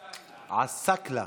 עסאקלה.